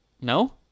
No